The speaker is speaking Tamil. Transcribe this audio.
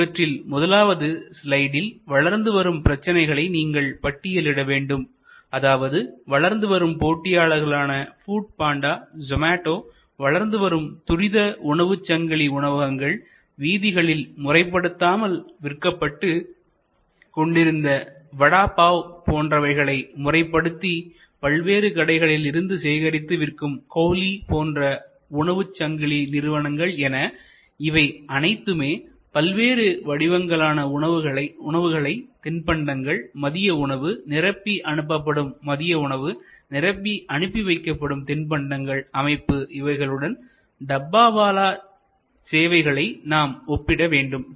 இவற்றில் முதலாவது ஸ்லைடில் வளர்ந்து வரும் பிரச்சனைகளை நீங்கள் பட்டியலிட வேண்டும் அதாவது வளர்ந்துவரும் போட்டியாளர்களான ஃபுட் பாண்டா சோமடோவளர்ந்து வரும் துரித உணவு சங்கிலி உணவகங்கள்வீதிகளில் முறைப்படுத்தப்படாமல் விற்கப்பட்டு கொண்டிருந்த வடா பாவ் போன்றவைகளை முறைப்படுத்தி பல்வேறு கடைகளில் இருந்து சேகரித்து விற்கும் கோலி போன்ற உணவு சங்கிலி நிறுவனங்கள் என இவை அனைத்துமே பல்வேறு வடிவங்களான உணவுகளை தின்பண்டங்கள் மதிய உணவுநிரப்பி அனுப்பப்படும் மதிய உணவுநிரப்பி அனுப்பி வைக்கப்படும் திண்பண்டங்கள் அமைப்பு இவைகளுடன் டப்பாவாலா சேவைகளை நாம் ஒப்பிட வேண்டும்